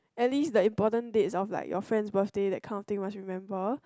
at least the important dates of like your friend's birthday that kind of thing must remember